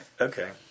Okay